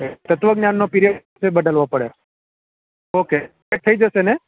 તત્વજ્ઞાનનો period એ બદલવો પડે ઓકે થઈ જશે ને